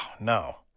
no